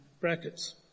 brackets